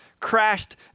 crashed